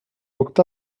locked